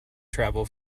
travel